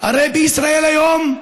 הרי בישראל היום,